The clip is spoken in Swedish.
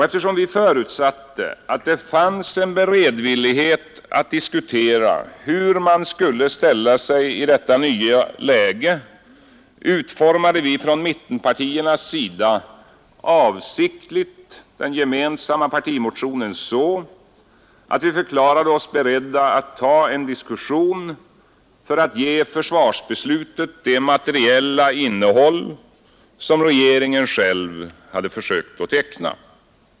Eftersom vi förutsatte att det fanns en beredvillighet att diskutera hur man skulle ställa sig i detta nya läge utformade vi från mittenpartiernas sida avsiktligt den gemensamma partimotionen så, att vi förklarade oss beredda att ta en diskussion för att ge försvarsbeslutet det materiella innehåll som regeringen själv hade försökt teckna.